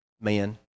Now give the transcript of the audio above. man